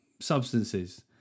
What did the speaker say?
substances